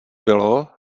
bylo